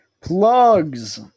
Plugs